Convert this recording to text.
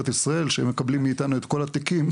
ישראל שמקבלים מאיתנו את כל התיקים